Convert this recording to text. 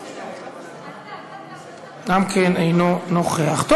גם כן אינו נוכח.